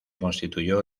constituyó